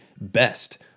best